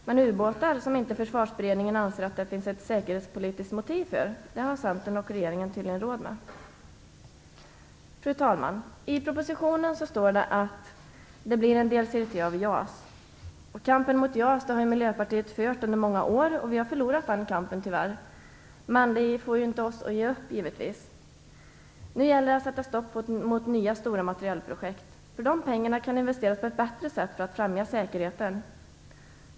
Men ubåtar som Försvarsberedningen inte anser att det finns ett säkerhetspolitiskt motiv för har Centern och regeringen tydligen råd med. Fru talman! I propositionen står det att det blir en delserie 3 av JAS. Kampen mot JAS har Miljöpartiet fört under många år. Vi har, tyvärr, förlorat den kampen. Men givetvis får det oss inte att ge upp. Nu gäller det att sätta stopp för nya stora materielprojekt. De pengarna kan investeras på ett bättre sätt för att främja säkerheten.